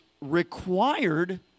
required